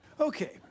okay